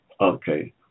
Okay